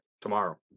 tomorrow